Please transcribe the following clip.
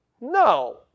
no